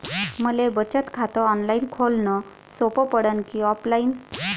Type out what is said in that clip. मले बचत खात ऑनलाईन खोलन सोपं पडन की ऑफलाईन?